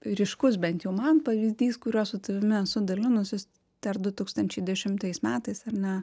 ryškus bent jau man pavyzdys kuriuo su tavimi esu dalinusis dar du tūkstančiai dešimtais metais ar ne